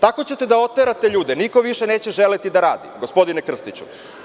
Tako ćete da oterate ljude, niko više neće želeti da radi, gospodine Krstiću.